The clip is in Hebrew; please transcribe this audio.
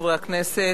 חברי הכנסת,